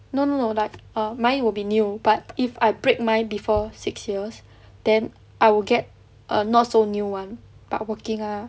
no no no like mine will be new but if I break my before six years then I will get a not so new [one] but working ah